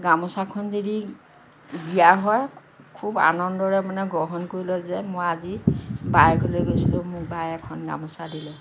গামোছাখন যদি দিয়া হয় খুব আনন্দৰে মানে গ্ৰহণ কৰি লয় মই আজি বাই ঘৰলৈ গৈছিলোঁ মোক বায়ে এখন গামোছা দিলে